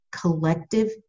collective